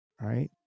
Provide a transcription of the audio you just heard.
right